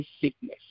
sickness